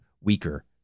weaker